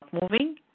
moving